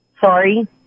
Sorry